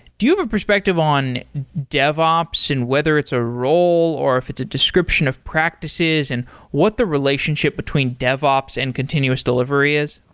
do you have a perspective on devops and whether it's a role or if it's a description of practices and what the relationship between devops and continuous delivery is?